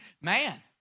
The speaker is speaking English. man